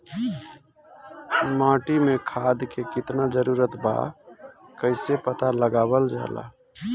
माटी मे खाद के कितना जरूरत बा कइसे पता लगावल जाला?